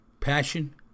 passion